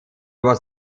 was